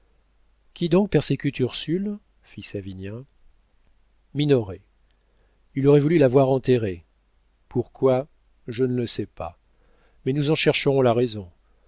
qui donc persécute ursule fit savinien minoret il aurait voulu la voir enterrée pourquoi je ne le sais pas mais nous en chercherons la raison